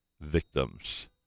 victims